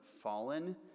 fallen